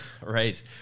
right